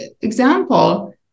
example